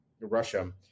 Russia